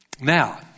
Now